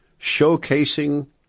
showcasing